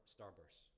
Starburst